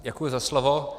Děkuji za slovo.